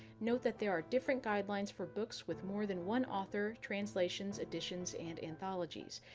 note that there are different guidelines for books with more than one author, translations, editions, and anthologies.